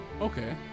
Okay